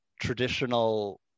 traditional